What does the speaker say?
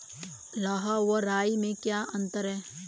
लाह व राई में क्या अंतर है?